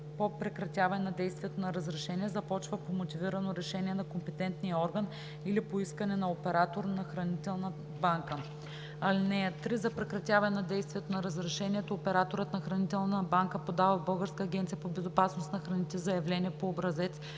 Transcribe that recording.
по прекратяване на действието на разрешение започва по мотивирано решение на компетентния орган или по искане на оператор на хранителна банка. (3) За прекратяване на действието на разрешението операторът на хранителна банка подава в Българската агенция по безопасност на храните заявление по образец,